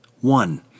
One